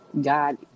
God